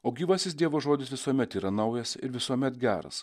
o gyvasis dievo žodis visuomet yra naujas ir visuomet geras